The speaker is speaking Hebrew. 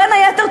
בין היתר,